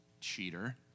cheater